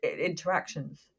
interactions